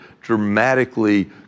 dramatically